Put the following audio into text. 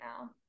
now